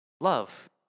love